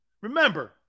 Remember